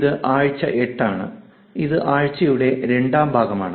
ഇത് ആഴ്ച 8 ആണ് ഇത് ആഴ്ചയുടെ രണ്ടാം ഭാഗമാണ്